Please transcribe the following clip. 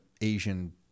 Asian